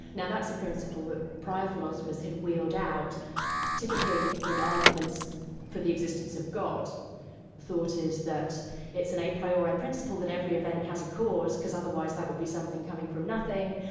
now, that's a principle that prior philosophers had wheeled out typically in arguments for the existence of god. the thought is that it's an a priori principle that every event has a cause, because otherwise that would be something coming from nothing,